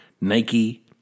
Nike